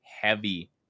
heavy